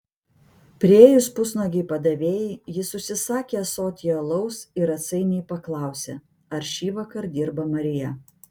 priėjus pusnuogei padavėjai jis užsisakė ąsotį alaus ir atsainiai paklausė ar šįvakar dirba marija